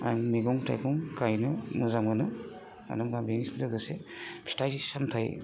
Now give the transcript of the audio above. आं मैगं थाइगं गायनो मोजां मोनो मानो होमब्ला बेजों लोगोसे फिथाइ सामथाइनि